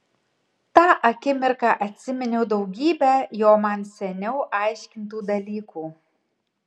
tą akimirką atsiminiau daugybę jo man seniau aiškintų dalykų